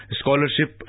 scholarship